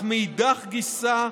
מאידך גיסא,